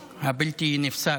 הבלתי-נפסק.